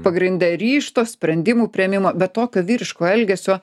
pagrinde ryžto sprendimų priėmimo bet tokio vyriško elgesio